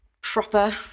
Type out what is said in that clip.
proper